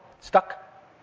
Stuck